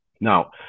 Now